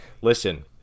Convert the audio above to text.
listen